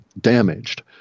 damaged